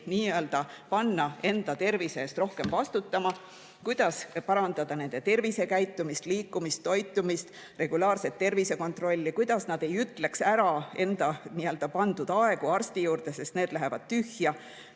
nii-öelda panna enda tervise eest rohkem vastutama. Kuidas parandada nende tervisekäitumist, liikumist, toitumist, regulaarset tervisekontrolli? Kuidas nad ei ütleks ära enda pandud aegu arsti juurde, sest need lähevad tühja?